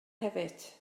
hefyd